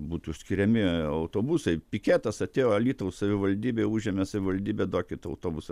būtų skiriami autobusai piketas atėjo alytaus savivaldybė užėmė savivaldybę duokit autobusą